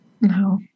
No